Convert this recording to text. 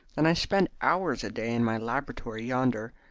and i spend hours a day in my laboratory yonder.